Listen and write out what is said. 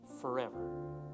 forever